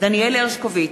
דניאל הרשקוביץ,